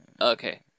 Okay